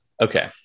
Okay